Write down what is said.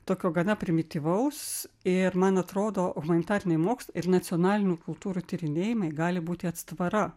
tokio gana primityvaus ir man atrodo humanitariniai mokslai ir nacionalinių kultūrų tyrinėjimai gali būti atstvara